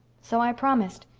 so i promised.